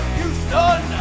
Houston